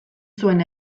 zuen